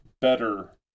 better